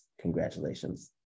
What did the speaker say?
congratulations